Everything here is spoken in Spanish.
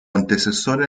antecesora